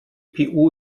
gpu